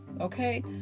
Okay